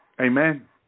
Amen